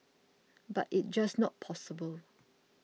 but it's just not possible